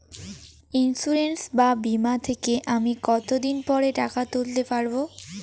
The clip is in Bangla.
ইন্সুরেন্স বা বিমা থেকে আমি কত দিন পরে টাকা তুলতে পারব?